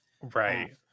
right